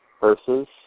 Versus